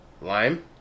lime